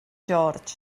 george